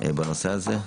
בנושא הזה.